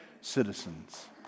citizens